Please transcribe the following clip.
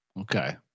Okay